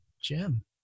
Jim